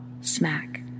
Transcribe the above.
smack